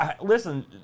listen